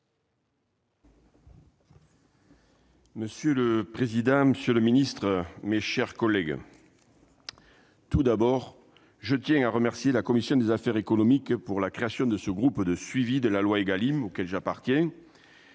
Monsieur le président, monsieur le ministre, mes chers collègues, je tiens tout d'abord à remercier la commission des affaires économiques de la création du groupe de suivi de la loi Égalim auquel j'appartiens,